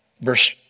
verse